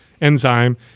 enzyme